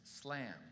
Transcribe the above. slam